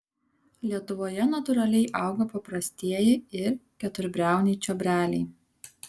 lietuvoje natūraliai auga paprastieji ir keturbriauniai čiobreliai